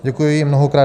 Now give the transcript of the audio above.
Děkuji mnohokrát.